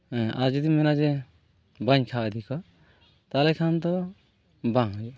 ᱦᱩᱸ ᱟᱨ ᱡᱩᱫᱤᱢ ᱢᱮᱱᱟ ᱡᱮ ᱵᱟᱹᱧ ᱠᱷᱟᱣᱟ ᱤᱫᱤ ᱠᱚᱣᱟ ᱛᱟᱦᱚᱞᱮ ᱠᱷᱟᱱ ᱫᱚ ᱵᱟᱝ ᱦᱩᱭᱩᱜᱼᱟ